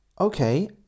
Okay